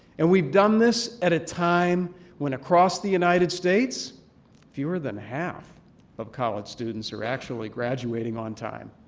and we've done this at a time when across the united states fewer than half of college students are actually graduating on time.